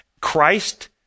Christ